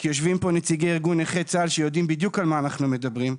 כי יושבים פה נציגי ארגון נכי צה"ל שיודעים בדיוק על מה אנחנו מדברים,